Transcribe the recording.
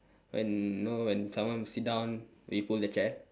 when know when someone sit down they pull the chair